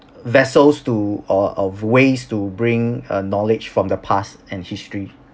vessels to or uh ways to bring uh knowledge from the past and history